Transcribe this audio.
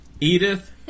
Edith